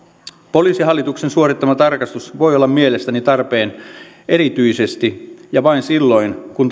poliisihallituksen suorittama tarkastus voi olla mielestäni tarpeen erityisesti ja vain silloin kun